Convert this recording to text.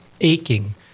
aching